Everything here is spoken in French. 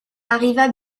arriva